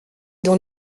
dans